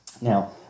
Now